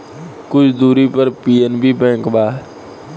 कुछ दूर पर पी.एन.बी बैंक बा